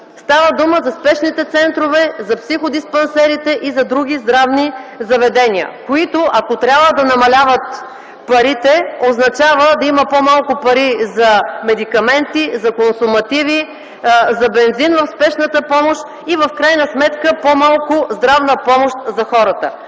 Става дума за спешните центрове, за психодиспансерите и за други здравни заведения, които, ако трябва да намаляват парите, означава да има по-малко пари за медикаменти, за консумативи, за бензин в спешната помощ и в крайна сметка по-малко здравна помощ за хората.